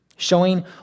showing